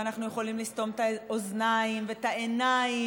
ואנחנו יכולים לסתום את האוזניים ואת העיניים,